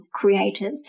creatives